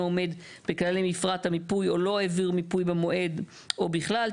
עומד בכללי מפרט המיפוי או לא העביר מיפוי במועד או בכלל,